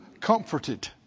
comforted